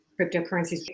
cryptocurrencies